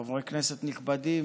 חברי כנסת נכבדים,